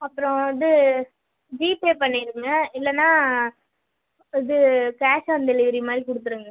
அப்புறம் இது ஜிபே பண்ணிவிடுங்க இல்லைன்னா இது கேஷ் ஆன் டெலிவரி மாதிரி கொடுத்துருங்க